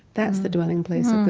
that's the dwelling place